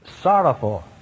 sorrowful